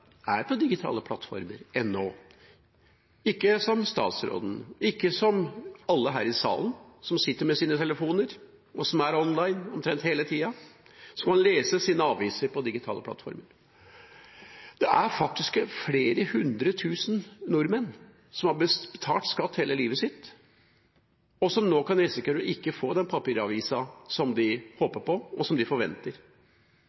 er på digitale plattformer ennå – som statsråden, som alle her i salen, som sitter med sine telefoner og er online omtrent hele tida, og som kan lese sine aviser på digitale plattformer. Det er faktisk flere hundre tusen nordmenn som har betalt skatt hele livet sitt, og som nå kan risikere ikke å få den papiravisa som de